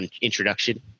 introduction